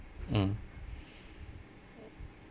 mm